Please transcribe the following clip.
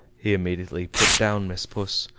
he immediately put down miss puss,